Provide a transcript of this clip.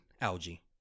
algae